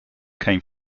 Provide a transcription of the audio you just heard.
came